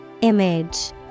Image